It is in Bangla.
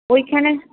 ওইখানে